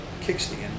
kickstand